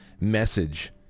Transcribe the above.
message